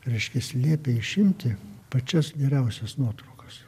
reiškias liepė išimti pačias geriausias nuotraukas